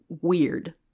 Weird